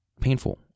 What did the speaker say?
painful